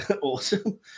awesome